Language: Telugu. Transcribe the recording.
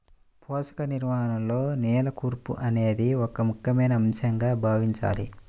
పోషక నిర్వహణలో నేల కూర్పు అనేది ఒక ముఖ్యమైన అంశంగా భావించాలి